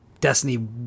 destiny